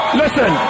listen